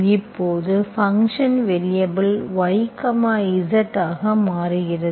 இப்போது function variable y Z ஆக மாறுகிறது